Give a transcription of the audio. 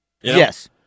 Yes